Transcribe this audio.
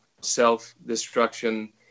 self-destruction